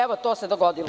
Evo to se dogodilo.